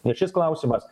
nes šis klausimas